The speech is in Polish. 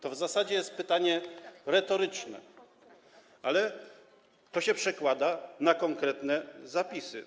To w zasadzie jest pytanie retoryczne, ale to się przekłada na konkretne zapisy.